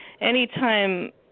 anytime